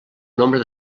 nombre